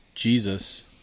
Jesus